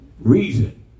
Reason